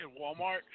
Walmart